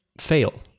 fail